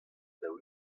daou